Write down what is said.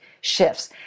shifts